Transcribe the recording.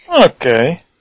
Okay